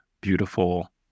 beautiful